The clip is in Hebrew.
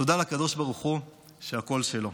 תודה לקדוש ברוך הוא, שהכול שלו.